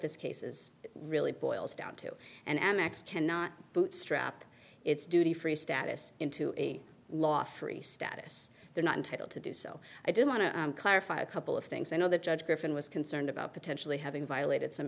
this case is really boils down to and amex cannot bootstrap its duty free status into a law free status they're not entitled to do so i do want to clarify a couple of things i know that judge griffin was concerned about potentially having violated some